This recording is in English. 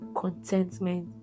contentment